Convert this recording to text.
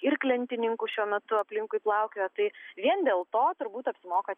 irklentininkų šiuo metu aplinkui plaukiojo tai vien dėl to turbūt apsimoka